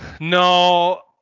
no